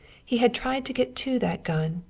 he had tried to get to that gun,